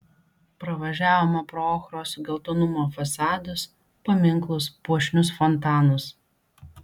pravažiavome pro ochros geltonumo fasadus paminklus puošnius fontanus